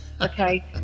Okay